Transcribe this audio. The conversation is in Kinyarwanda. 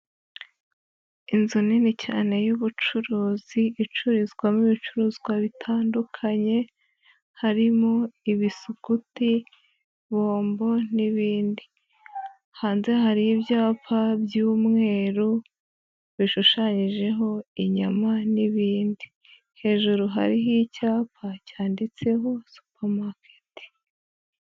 Inzu nini cyane y'ubucuruzi icururizwamo ibicuruzwa bitandukanye, harimo ibisuguti, bombo n'ibindi. Hanze hari ibyapa by'umweru bishushanyijeho inyama n'ibindi, hejuru hariho icyapa cyanditseho supamaketi.